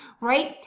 right